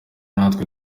natwe